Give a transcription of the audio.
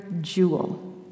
jewel